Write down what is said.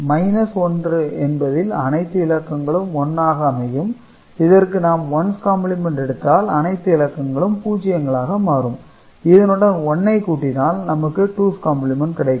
1 என்பதில் அனைத்து இலக்கங்களும் 1 ஆக அமையும் இதற்கு நாம் ஒன்ஸ் காம்பிளிமெண்ட் எடுத்தால் அனைத்து இலக்கங்களும் 0 ஆக மாறும் இதனுடன் 1 ஐ கூட்டினால் நமக்கு டூஸ் காம்ப்ளிமென்ட் கிடைக்கும்